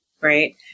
Right